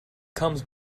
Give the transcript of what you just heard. comes